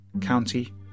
county